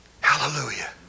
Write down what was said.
Hallelujah